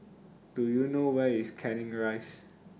Do YOU know Where IS Canning Rise